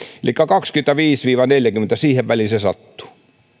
elikkä kaksikymmentäviisi viiva neljäkymmentä siihen väliin se sattuu